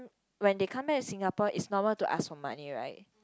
when they come back to Singapore its normal to ask for money right